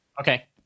Okay